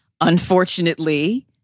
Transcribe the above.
Unfortunately